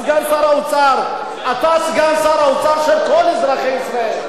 סגן שר האוצר: אתה סגן שר האוצר של כל אזרחי ישראל,